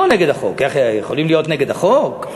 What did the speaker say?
לא נגד החוק, הם יכולים להיות נגד החוק?